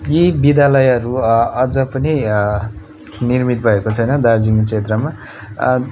यी विद्यालयहरू अझ पनि निर्मित भएको छैन दार्जिलिङ क्षेत्रमा